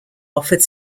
offered